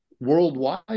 worldwide